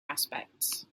aspects